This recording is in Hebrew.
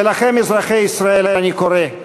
ולכם, אזרחי ישראל, אני קורא: